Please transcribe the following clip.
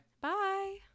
Bye